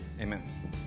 amen